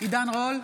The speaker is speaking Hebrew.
עידן רול,